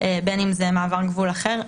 בין אם זה מעבר גבול אחר,